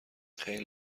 خیلی